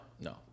no